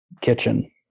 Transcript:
kitchen